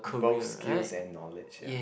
both skills and knowledge ya